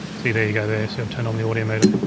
see there you go there, see i've turned on the audio meter.